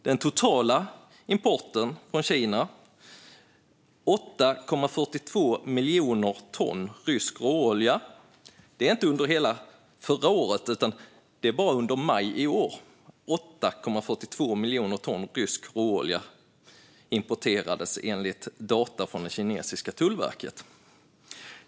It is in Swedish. Man importerade 8,42 miljoner ton rysk råolja, inte under hela förra året utan enbart under maj i år. Enligt data från det kinesiska tullverket importerades 8,42 miljoner ton råolja i maj.